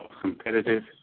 competitive